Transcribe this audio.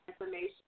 information